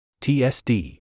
TSD